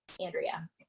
Andrea